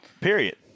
Period